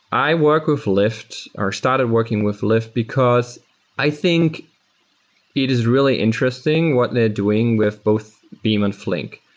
i work with lyft or started working with lyft because i think it is really interesting what they're doing with both beam and flink.